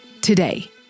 Today